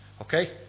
Okay